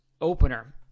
Opener